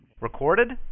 Recorded